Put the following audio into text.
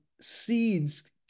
seeds